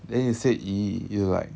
then you say !ee! you like